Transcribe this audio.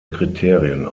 kriterien